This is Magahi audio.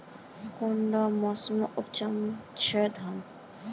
कुंडा मोसमोत उपजाम छै धान?